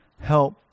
help